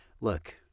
look